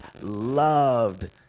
loved